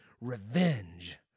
revenge